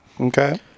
Okay